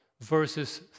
verses